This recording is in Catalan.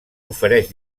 ofereix